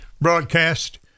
broadcast